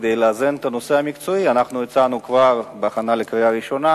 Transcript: כדי לאזן את הנושא המקצועי הצענו כבר בהכנה לקריאה ראשונה